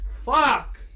Fuck